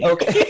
Okay